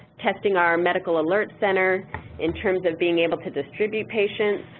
testing our medical alert center in terms of being able to distribute patients,